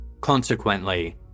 Consequently